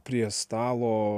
prie stalo